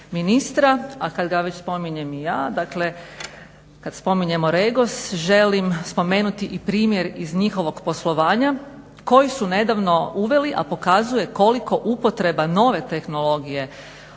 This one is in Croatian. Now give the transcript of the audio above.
ministra, a kad ga već spominjem i ja, dakle kad spominjemo REGOS želim spomenuti i primjer iz njihovog poslovanja koji su nedavno uveli, a pokazuje koliko upotreba nove tehnologije u